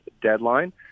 deadline